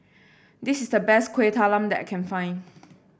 this is the best Kueh Talam that I can find